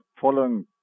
following